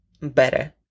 better